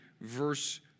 verse